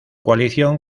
coalición